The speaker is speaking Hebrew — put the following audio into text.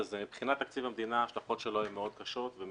שמבחינת תקציב המדינה ההשלכות של הצעד הזה הן מאוד קשות והן